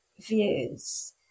views